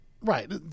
right